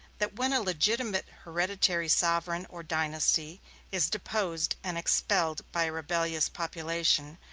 that when a legitimate hereditary sovereign or dynasty is deposed and expelled by a rebellious population,